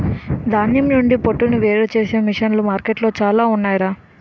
ధాన్యం నుండి పొట్టును వేరుచేసే మిసన్లు మార్కెట్లో చాలానే ఉన్నాయ్ రా